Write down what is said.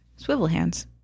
Swivelhands